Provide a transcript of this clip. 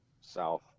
South